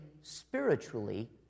spiritually